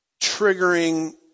triggering